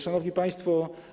Szanowni Państwo!